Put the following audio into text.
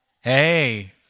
hey